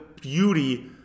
beauty